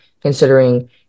considering